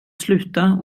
sluta